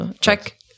Check